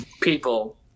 people